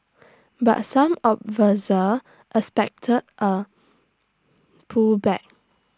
but some expect A pullback